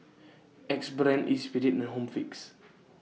Axe Brand Espirit and Home Fix